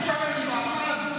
ברור שמשעמם לי,